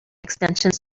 extensions